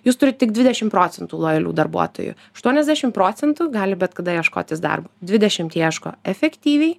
jūs turit tik dvidešim procentų lojalių darbuotojų aštuoniasdešim procentų gali bet kada ieškotis darbo dvidešimt ieško efektyviai